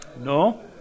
No